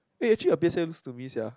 eh actually your P_S_L_E lost to me sia